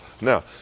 Now